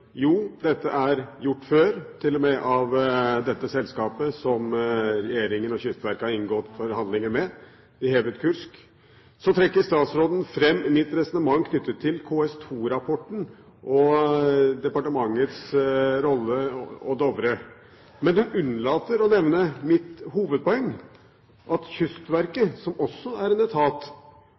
Jo, dette er gjort før – til og med av dette selskapet som regjeringen og Kystverket har inngått forhandlinger med. Det hevet «Kursk». Så trekker statsråden fram mitt resonnement knyttet til KS2-rapporten og departementets rolle og Dovre. Men hun unnlater å nevne mitt hovedpoeng, at Kystverket – som også er en etat